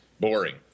Boring